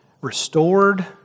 restored